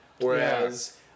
whereas